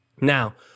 Now